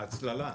כמו ההצללה.